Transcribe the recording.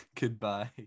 Goodbye